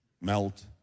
melt